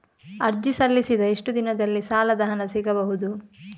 ಅರ್ಜಿ ಸಲ್ಲಿಸಿದ ಎಷ್ಟು ದಿನದಲ್ಲಿ ಸಾಲದ ಹಣ ಸಿಗಬಹುದು?